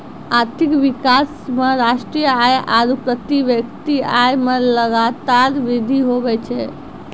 आर्थिक विकास मे राष्ट्रीय आय आरू प्रति व्यक्ति आय मे लगातार वृद्धि हुवै छै